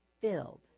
Filled